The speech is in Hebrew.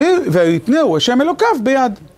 והיתנאו, השם אלוקיו ביד.